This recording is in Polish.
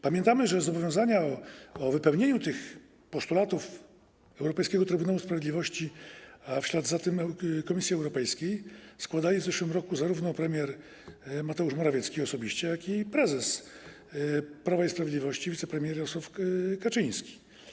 Pamiętamy, że zobowiązania o wypełnieniu tych postulatów europejskiego Trybunału Sprawiedliwości, a w ślad za tym - Komisji Europejskiej, składali w zeszłym roku zarówno premier Mateusz Morawiecki osobiście, jak i prezes Prawa i Sprawiedliwości, wicepremier Jarosław Kaczyński.